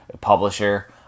publisher